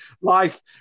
life